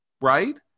right